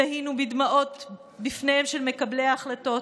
תהינו בדמעות בפניהם של מקבלי ההחלטות,